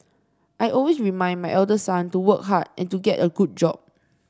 I always remind my elder son to work hard and to get a good job